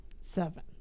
Seven